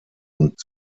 und